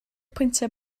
pwyntiau